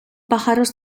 pájaros